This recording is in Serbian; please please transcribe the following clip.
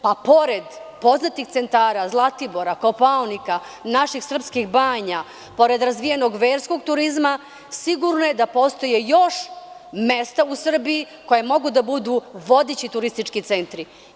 Pored poznatih centara, Zlatibora, Kopaonika, naših srpskih banja, pored razvijenog verskog turizma, sigurno je da postoji još mesta u Srbiji koja mogu da budu vodeći turistički centri.